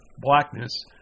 blackness